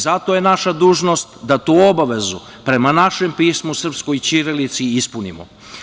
Zato je naša dužnost da tu obavezu prema našem pismu, srpskoj ćirilici ispunimo.